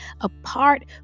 apart